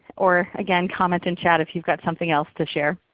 or again, comment in chat if you've got something else to share.